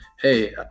hey